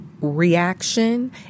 reaction